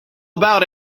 about